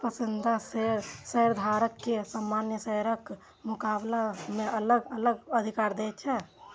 पसंदीदा शेयर शेयरधारक कें सामान्य शेयरक मुकाबला मे अलग अलग अधिकार दै छै